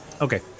Okay